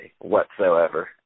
whatsoever